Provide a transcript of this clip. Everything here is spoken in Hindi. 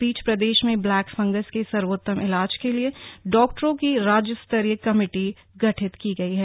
इस बीच प्रदेश में ब्लैक फंगस के सर्वोत्तम इलाज के लिए डाक्टरों की राज्य स्तरीय कमेटी गठित की गयी है